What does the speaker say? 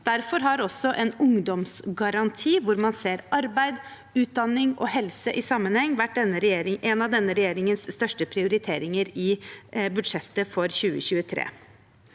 Derfor har også en ungdomsgaranti, hvor man ser arbeid, utdanning og helse i sammenheng, vært en av denne regjeringens største prioriteringer i budsjettet for 2023.